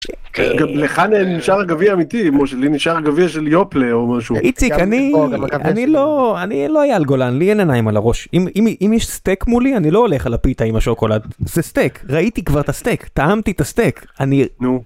לך נשאר גביע אמיתי משה לי נשאר גביע של יופלה או משהו. איציק אני אני לא אני לא אייל גולן לי אין עיניים על הראש אם אם אם יש סטייק מולי אני לא הולך על הפיתה עם השוקולד זה סטייק ראיתי כבר את הסטייק טעמתי את הסטייק.